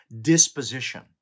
disposition